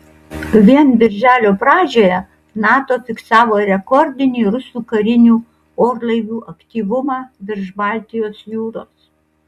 vien birželio pradžioje nato fiksavo rekordinį rusų karinių orlaivių aktyvumą virš baltijos jūros